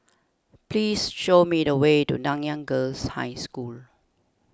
please show me the way to Nanyang Girls' High School